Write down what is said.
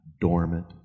dormant